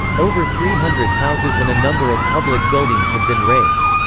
over three hundred houses and a number of public buildings have been razed.